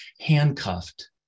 handcuffed